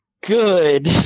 good